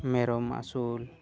ᱢᱮᱨᱚᱢ ᱟᱹᱥᱩᱞ